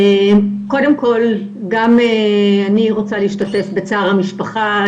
קודם כול, גם אני רוצה להשתתף בצער המשפחה.